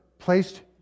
Placed